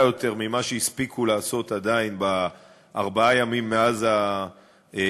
יותר ממה שהספיקו לעשות בארבעת הימים מאז הפיגוע,